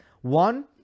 one